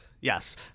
Yes